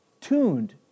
tuned